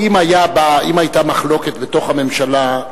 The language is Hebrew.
אם היתה מחלוקת בתוך הממשלה,